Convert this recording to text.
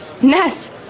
Ness